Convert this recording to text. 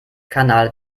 kanal